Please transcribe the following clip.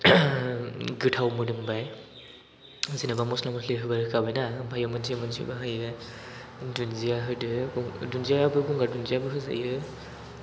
गोथाव मोदोमबाय जेनेबा मस्ला मस्लि होखाबाय ना ओमफ्रायो मोनसे मोनसे बाहायबाय दुन्दिया होदो दुन्दियाआबो गंगार दुन्दियाबो होजायो